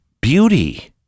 beauty